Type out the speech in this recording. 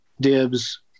dibs